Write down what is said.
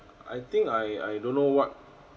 I think I I don't know what